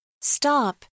Stop